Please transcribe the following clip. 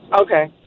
Okay